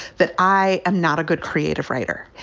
that i am not a good creative writer.